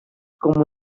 como